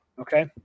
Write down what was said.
Okay